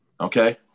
Okay